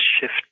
shift